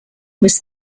was